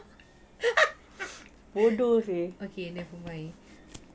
okay nevermind